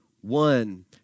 one